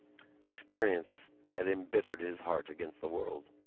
experience had embittered his heart against the world.